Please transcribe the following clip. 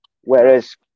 whereas